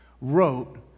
wrote